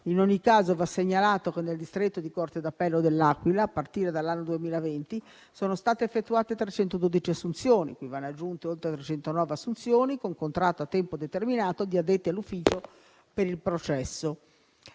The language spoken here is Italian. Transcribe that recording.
In ogni caso, va segnalato che nel distretto di corte d'appello dell'Aquila, a partire dall'anno 2020, sono state effettuate 312 assunzioni, cui ne vanno aggiunte altre 309 con contratto a tempo determinato di addetti all'ufficio per il processo